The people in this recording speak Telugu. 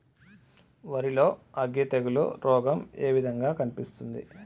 వరి లో అగ్గి తెగులు రోగం ఏ విధంగా కనిపిస్తుంది?